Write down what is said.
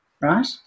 right